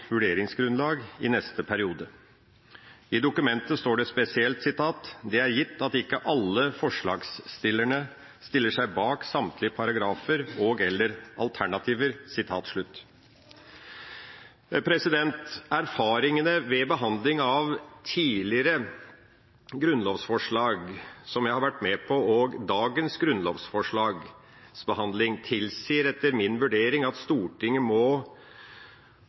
vurderingsgrunnlag i neste periode. I innstillinga står det spesielt: «Det er gitt at ikke alle forslagsstillerne stiller seg bak samtlige paragrafer og/eller alternativer.» Erfaringene ved behandling av tidligere grunnlovsforslag som jeg har vært med på, og dagens grunnlovsforslagsbehandling tilsier etter min vurdering at Stortinget må